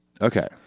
Okay